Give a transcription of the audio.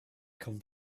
come